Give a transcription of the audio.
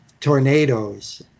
tornadoes